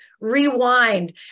rewind